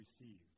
received